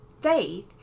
faith